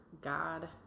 God